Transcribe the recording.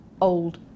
old